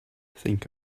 think